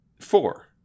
four